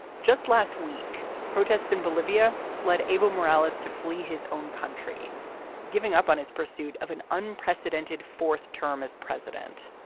just last week protests in bolivia led evo morales to flee his own country giving up on his pursuit of an unprecedented fourth fourth term as president.